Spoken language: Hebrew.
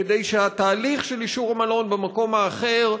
כדי שהתהליך של אישור המלון במקום האחר,